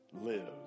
Live